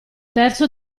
terzo